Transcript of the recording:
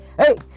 Hey